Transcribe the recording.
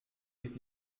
ist